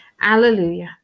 Alleluia